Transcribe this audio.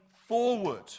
forward